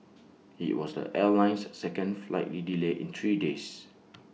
IT was the airline's second flight delay in three days